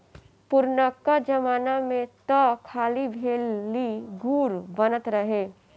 पुरनका जमाना में तअ खाली भेली, गुड़ बनत रहे